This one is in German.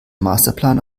masterplan